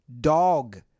dog